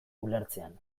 ulertzean